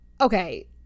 okay